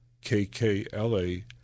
K-K-L-A